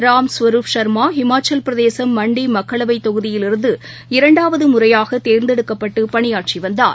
ராம் ஸ்வரூப் இமாச்சலபிரதேசம் மண்டிமக்களவைத் தொகுதியிலிருந்து இரண்டாவதுமுறையாகதேர்ந்தெடுக்கப்பட்டுபணியாற்றிவந்தார்